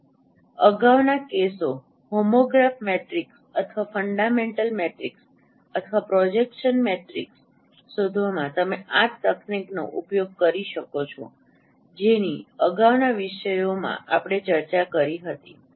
આપણા અગાઉના કેસો હોમોગ્રાફ મેટ્રિક્સ અથવા ફંડામેન્ટલ મેટ્રિક્સ અથવા પ્રોજેક્શન મેટ્રિક્સ શોધવામાં તમે આ તકનીકનો ઉપયોગ કરી શકો છો જેની અગાઉના વિષયોમાં આપણે ચર્ચા કરી હતી